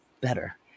better